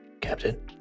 Captain